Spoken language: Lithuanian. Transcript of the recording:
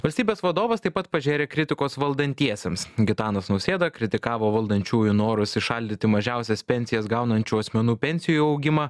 valstybės vadovas taip pat pažėrė kritikos valdantiesiems gitanas nausėda kritikavo valdančiųjų norus įšaldyti mažiausias pensijas gaunančių asmenų pensijų augimą